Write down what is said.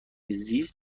زیست